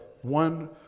one